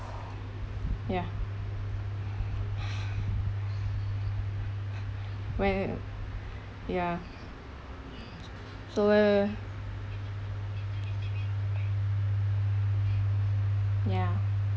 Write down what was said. ya when ya so ya